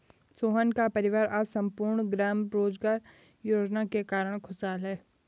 सोहन का परिवार आज सम्पूर्ण ग्राम रोजगार योजना के कारण खुशहाल है